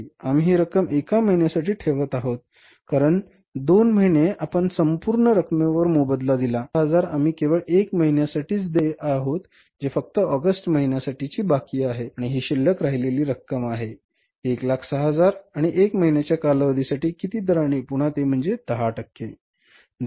आम्ही ही रक्कम एका महिन्यासाठी ठेवत आहोत कारण दोन महिने आपण संपूर्ण रकमेवर मोबदला दिला आणि 106000 आम्ही केवळ एका महिन्यासाठी देय आहोत जे फक्त ऑगस्ट महिन्यासाठी बाकी आहे आणि ही शिल्लक राहिलेली रक्कम आहे 106000 आणि एका महिन्याच्या कालावधीसाठी किती दराने पुन्हा ते म्हणजे 10 टक्के